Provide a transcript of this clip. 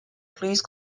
please